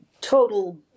total